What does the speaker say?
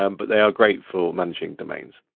um but they are great for managing domains.